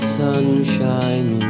sunshine